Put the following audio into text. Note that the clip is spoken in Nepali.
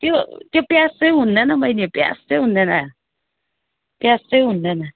त्यो त्यो प्याज चाहिँ हुँदैन बहिनी प्याज चाहिँ हुँदैन प्याज चाहिँ हुँदैन